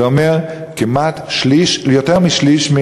זה אומר יותר משליש.